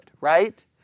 right